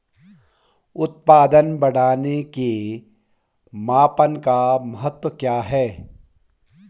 उत्पादन बढ़ाने के मापन का महत्व क्या है?